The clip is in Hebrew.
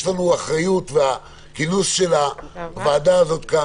לנו אחריות והכינוס של הוועדה הזאת כאן.